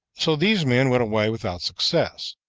so these men went away without success.